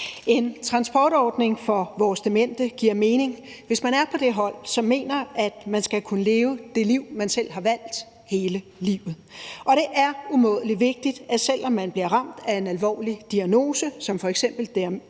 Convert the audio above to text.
En transportordning for vores demente giver mening, hvis man er på det hold, som mener, at man skal kunne leve det liv, man selv har valgt, hele livet, og det er umådelig vigtigt, at selv om man bliver ramt af en alvorlig diagnose som f.eks.